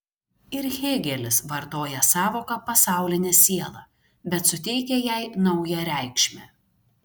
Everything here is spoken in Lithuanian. ir hėgelis vartoja sąvoką pasaulinė siela bet suteikia jai naują reikšmę